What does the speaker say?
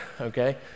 okay